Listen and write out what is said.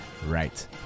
Right